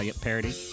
parody